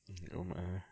err om~ eh